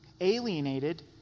alienated